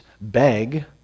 beg